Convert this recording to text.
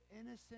innocent